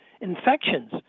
infections